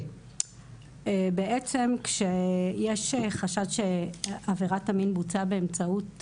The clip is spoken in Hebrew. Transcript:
בעצם כשיש חשד שעבירת המין בוצעה באמצעות